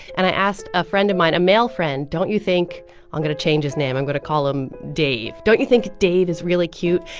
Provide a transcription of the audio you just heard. and i asked a friend of mine, a male friend, don't you think i'm um going to change his name i'm going to call him dave. don't you think dave is really cute?